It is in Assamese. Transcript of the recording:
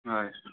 হয়